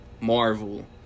Marvel